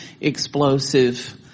explosive